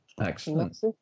Excellent